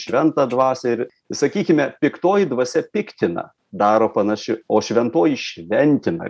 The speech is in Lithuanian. šventą dvasią ir sakykime piktoji dvasia piktina daro panaši o šventoji šventina